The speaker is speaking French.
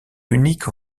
unique